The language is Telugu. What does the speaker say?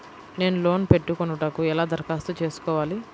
నేను లోన్ పెట్టుకొనుటకు ఎలా దరఖాస్తు చేసుకోవాలి?